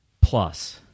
Plus